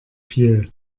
viel